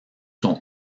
son